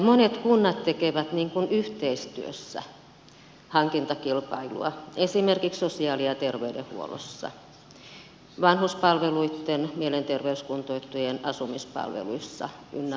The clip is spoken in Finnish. monet kunnat tekevät yhteistyössä hankintakilpailua esimerkiksi sosiaali ja terveydenhuollossa vanhuspalveluissa mielenterveyskuntoutujien asumispalveluissa ynnä muuta